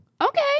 Okay